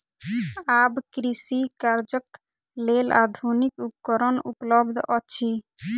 आब कृषि कार्यक लेल आधुनिक उपकरण उपलब्ध अछि